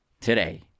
today